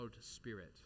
spirit